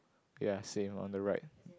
ya same on the right